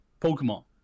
pokemon